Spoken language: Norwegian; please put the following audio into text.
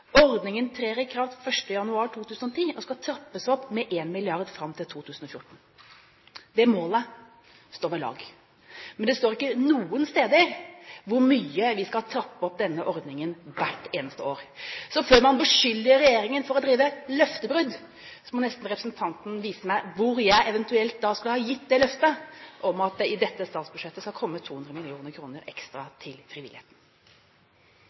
Ordningen trer i kraft 1. januar 2010 og skal trappes opp med en milliard kroner fram til 2014.» Det målet står ved lag. Men det står ikke noen steder hvor mye vi skal trappe opp denne ordningen hvert eneste år. Så før man beskylder regjeringen for å drive løftebrudd, må nesten representanten vise meg hvor jeg eventuelt skulle ha gitt løfte om at det i dette statsbudsjettet skal komme 200 mill. kr ekstra til frivilligheten.